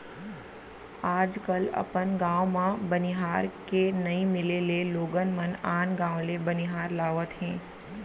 आज कल अपन गॉंव म बनिहार के नइ मिले ले लोगन मन आन गॉंव ले बनिहार लावत हें